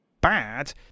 bad